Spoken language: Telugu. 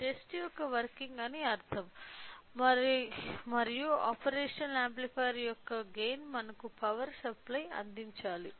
టెస్ట్ యొక్క వర్కింగ్ ని అర్థం చేసుకోవడానికి మరియు ఆపరేషనల్ యాంప్లిఫైయర్ యొక్క గైన్ మనకు పవర్ సప్లై అందించాలి